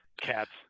cats